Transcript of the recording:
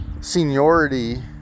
seniority